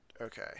okay